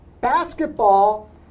basketball